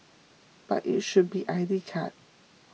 but it should be I D card